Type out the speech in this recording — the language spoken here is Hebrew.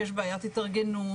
שיש בעיית התארגנות,